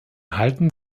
halten